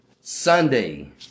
Sunday